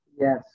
Yes